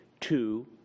two